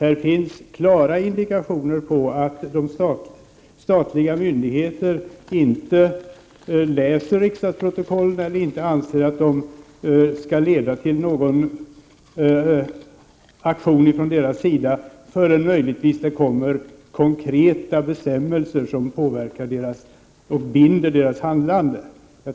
Vi har tydliga indikationer på att man på statliga myndigheter inte läser riksdagsprotokollen eller inte anser att de skall leda till någon aktion från myndigheternas sida förrän det kommer konkreta bestämmelser som påverkar och binder deras handlande.